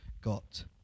got